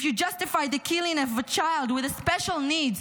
If you justify the killing of a child with special needs,